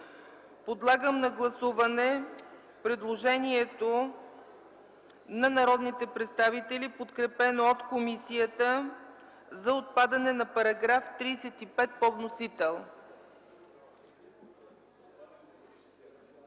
Подлагам на гласуване предложението на народните представители, подкрепено от комисията, за отпадане на § 35 по вносител.